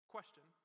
Question